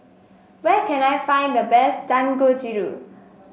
where can I find the best Dangojiru